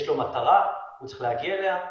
יש לו מטרה והוא צריך להגיע אליה.